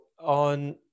on